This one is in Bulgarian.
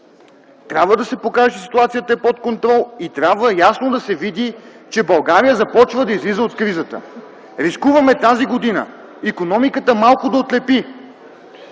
трябва да се покаже, че ситуацията е под контрол. Трябва ясно да се види, че България започва да излиза от кризата. Рискуваме тази година икономиката малко да отлепи,